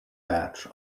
match